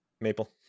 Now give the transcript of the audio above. Maple